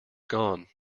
gone